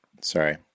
Sorry